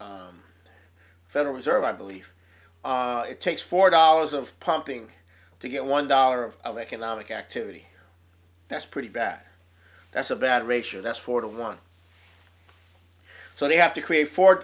the federal reserve i believe it takes four dollars of pumping to get one dollar of economic activity that's pretty bad that's a bad ratio that's four to one so they have to create for